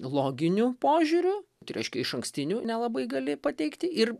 loginiu požiūriu reiškia išankstinių nelabai gali pateikti ir